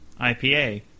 IPA